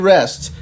Rest